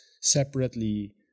separately